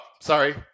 sorry